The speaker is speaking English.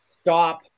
stop